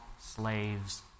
slaves